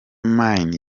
maine